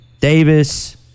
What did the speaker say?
Davis